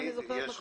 אם אני זוכרת נכון.